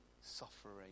suffering